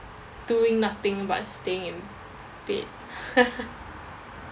doing nothing but staying in bed